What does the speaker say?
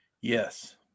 Yes